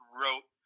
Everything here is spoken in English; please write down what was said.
wrote